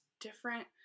different